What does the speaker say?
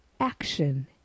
action